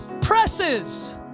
presses